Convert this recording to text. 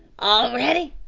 all ready?